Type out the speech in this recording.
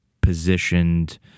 positioned